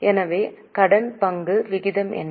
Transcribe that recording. எனவே கடன் பங்கு விகிதம் என்ன